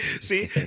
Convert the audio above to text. See